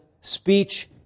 speech